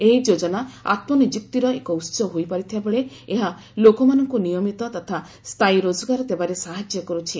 ଏହି ଯୋଜନା ଆତ୍କନିଯୁକ୍ତିର ଏକ ଉତ୍ସ ହୋଇପାରିଥିବା ବେଳେ ଏହା ଲୋକମାନଙ୍କୁ ନିୟମିତ ତଥା ସ୍ଥାୟୀ ରୋଜଗାର ଦେବାରେ ସାହାଯ୍ୟ କରୁଛି